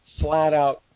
flat-out